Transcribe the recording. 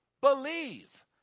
believe